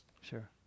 Sure